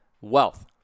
wealth